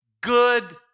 good